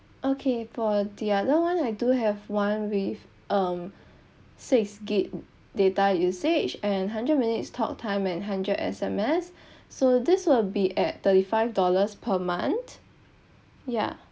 okay for the other one I do have one with um six gig data usage and hundred minutes talktime and hundred S_M_S so this will be at thirty five dollars per month yeah